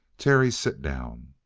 terry, sit down!